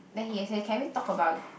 then he say can we talk about